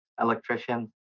electricians